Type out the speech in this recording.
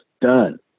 done